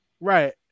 Right